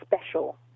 special